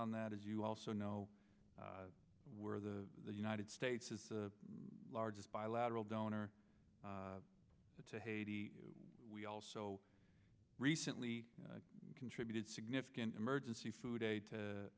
on that as you also know where the united states is the largest bilateral donor to haiti we also recently contributed significant emergency food aid to